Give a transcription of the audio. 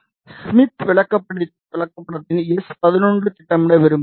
Smith விளக்கப்படத்தில் S 11ஐ திட்டமிட விரும்புகிறோம்